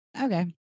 Okay